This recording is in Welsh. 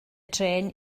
trên